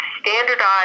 standardized